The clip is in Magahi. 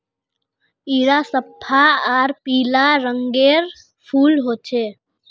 इरा सफ्फा आर पीला रंगेर फूल होचे